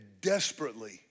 desperately